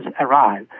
arrive